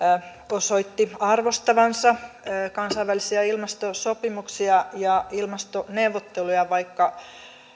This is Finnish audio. osoitti arvostavansa kansainvälisiä ilmastosopimuksia ja ilmastoneuvotteluja vaikka